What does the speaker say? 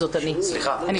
אני